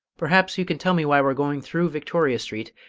perhaps you can tell me why we're going through victoria street,